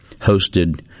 hosted